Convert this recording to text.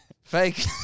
fake